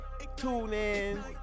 TuneIn